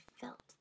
felt